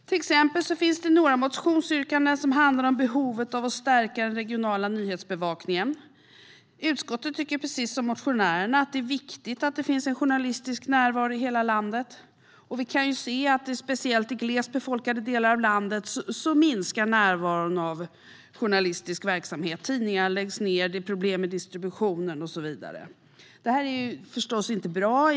Till exempel finns det några motionsyrkanden som handlar om behovet av att stärka den regionala nyhetsbevakningen, och utskottet tycker precis som motionärerna att det är viktigt att det finns en journalistisk närvaro i hela landet. Speciellt i glest befolkade delar av landet kan vi se att närvaron av journalistisk verksamhet minskar - tidningar läggs ned, det är problem med distributionen och så vidare. Det är förstås inte bra.